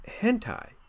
hentai